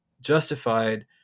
justified